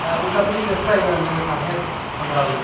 ᱩᱱᱠᱟᱛᱮᱜᱤ ᱪᱮᱥᱴᱟᱭ ᱦᱩᱭᱩᱜᱼᱟ ᱥᱟᱸᱦᱮᱫ ᱥᱟᱢᱵᱟᱲᱟᱣ ᱞᱟᱹᱜᱤᱫᱛᱮ